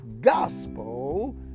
gospel